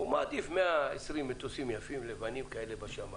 הוא מעדיף 120 מטוסים יפים ולבנים בשמים